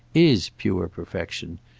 is pure perfection.